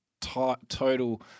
total